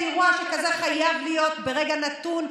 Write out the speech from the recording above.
אירוע שכזה חייב להיות ברגע נתון,